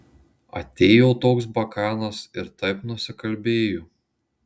atėjo toks bakanas ir taip nusikalbėjo